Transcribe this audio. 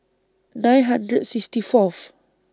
nine hundred sixty Fourth